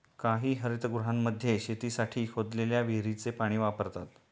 काही हरितगृहांमध्ये शेतीसाठी खोदलेल्या विहिरीचे पाणी वापरतात